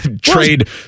trade